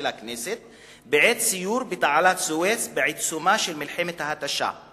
הכנסת בעת סיור בתעלת סואץ בעיצומה של מלחמת ההתשה.